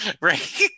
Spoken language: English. Right